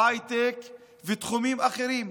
ההייטק ותחומים אחרים.